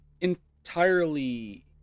entirely